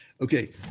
Okay